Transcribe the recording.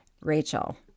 Rachel